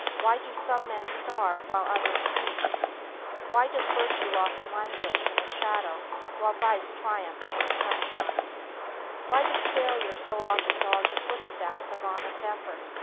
why do some men starve while others feast why does virtue often languish in the shadow while vice triumphs in the sunshine why does failure so often dog the footsteps of honest effort,